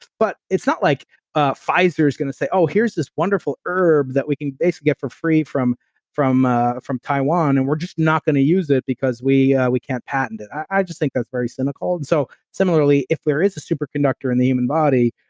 but it's not like ah pfizer is going to say here's this wonderful herb that we can basically get for free from from ah taiwan and we're just not going to use it because we we can't patent it. i just think that's very cynical and so similarly, if there is a superconductor in the human body,